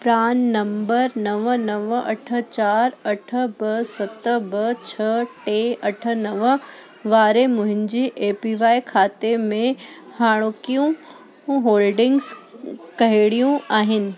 PRAN number नव नव अठ चारि अठ ॿ सत ॿ छह टे अठ नव वारे मुंहिंजे ए पी वाए खाते में हाणोकियूं होल्डिंग्स कहिड़ियूं आहिनि